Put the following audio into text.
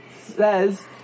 says